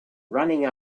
running